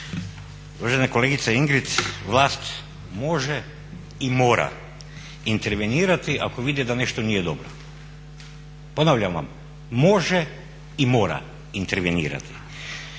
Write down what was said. Uvažena kolegice Ingrid, vlast može i mora intervenirati ako vide da nije nešto dobro. Ponavljam vam, može i mora intervenirati.